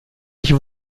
nicht